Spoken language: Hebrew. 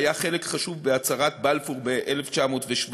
היה חלק חשוב בהצהרת בלפור ב-1917,